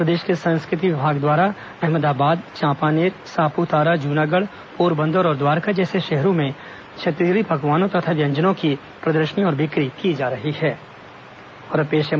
प्रदेश के संस्कृति विभाग द्वारा अहमदाबाद चांपानेर सापूतारा जूनागढ़ पोरबंदर और द्वारका जैसे शहरों में छत्तीसगढ़ी पकवानों तथा व्यंजनों की प्रदर्शनी और बिक्री की जा रही है